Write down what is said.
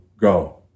go